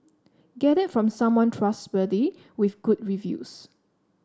get it from someone trustworthy with good reviews